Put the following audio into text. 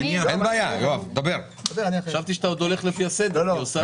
חושב שהורדת המחירים לזוגות הצעירים והדיור למשפחות,